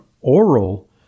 oral